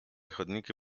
chodniki